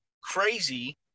crazy